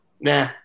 nah